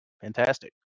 Fantastic